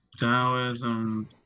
Taoism